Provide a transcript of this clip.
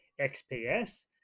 XPS